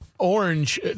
Orange